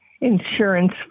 insurance